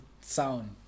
sound